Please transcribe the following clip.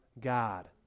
God